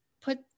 put